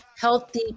healthy